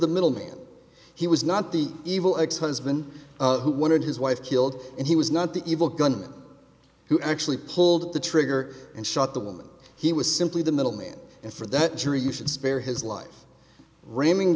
the middle man he was not the evil ex husband who wanted his wife killed and he was not the evil gunman who actually pulled the trigger and shot the woman he was simply the middle man and for that jury you should spare his life ramming